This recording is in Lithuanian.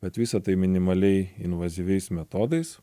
bet visa tai minimaliai invazyviais metodais